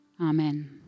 Amen